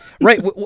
right